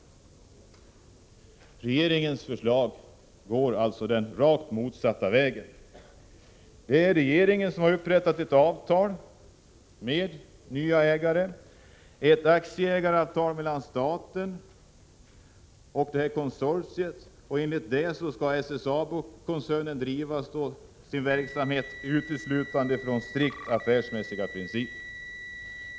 Regeringens förslag går alltså i rakt motsatt riktning. Regeringen har upprättat ett avtal med nya ägare, ett aktieägaravtal mellan staten och ett konsortium, enligt vilket SSAB-koncernen skall driva sin verksamhet uteslutande utifrån strikt affärsmässiga principer.